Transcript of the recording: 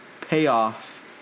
payoff